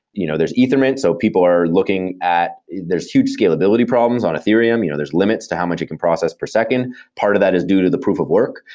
you know there's ethermint. so people are looking at there's huge scalability problems on ethereum. you know there's limits to how much you it can process per second. part of that is due to the proof of work.